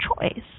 choice